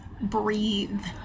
breathe